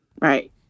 right